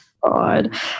God